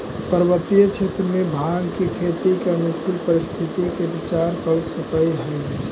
पर्वतीय क्षेत्र में भाँग के खेती के अनुकूल परिस्थिति के विचार कर सकऽ हई